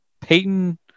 Peyton